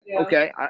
Okay